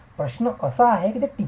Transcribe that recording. प्रश्न असा आहे की ते कसे टिकले